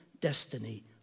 destiny